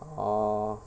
oh